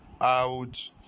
out